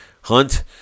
Hunt